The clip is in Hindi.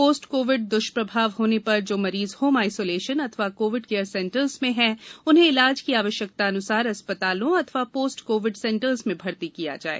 पोस्ट कोविड दुष्प्रभाव होने पर जो मरीज होम आयसोलेशन अथवा कोविड केयर सेंटर्स में हैं उन्हें इलाज की आवश्यकतानुसार अस्पतालों अथवा पोस्ट कोविड सेंटर्स में भर्ती किया जाए